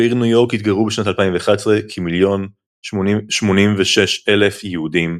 בעיר ניו יורק התגוררו בשנת 2011 כ-1,086,000 יהודים,